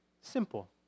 Simple